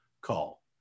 call